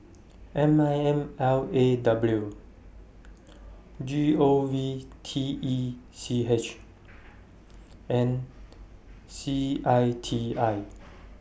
M I N L A W G O V T E C H and C I T I